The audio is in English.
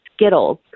Skittles